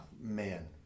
man